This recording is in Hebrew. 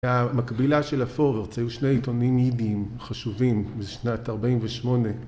המקבילה של הפורוורץ היו שני עיתונים יידיים חשובים בשנת 48